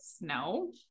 No